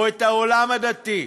או את העולם הדתי,